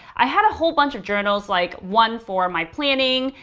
i had a whole bunch of journals. like one for my planning,